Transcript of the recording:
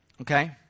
okay